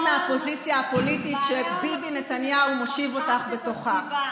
מהפוזיציה הפוליטית שביבי נתניהו מושיב אותך בתוכה.